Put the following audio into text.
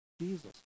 Jesus